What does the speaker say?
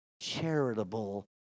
charitable